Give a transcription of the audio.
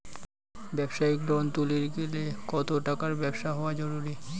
ব্যবসায়িক লোন তুলির গেলে কতো টাকার ব্যবসা হওয়া জরুরি?